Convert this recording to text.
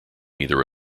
either